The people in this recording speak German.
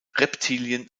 reptilien